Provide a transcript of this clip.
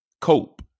cope